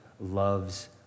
loves